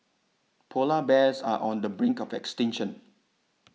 Polar Bears are on the brink of extinction